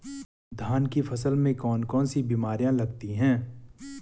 धान की फसल में कौन कौन सी बीमारियां लगती हैं?